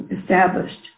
established